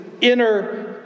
inner